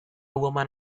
woman